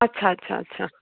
अच्छा अच्छा अच्छा